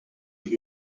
pour